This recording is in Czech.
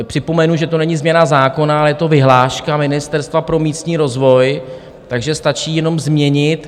Připomenu, že to není změna zákona, ale je to vyhláška Ministerstva pro místní rozvoj, takže to stačí jenom změnit.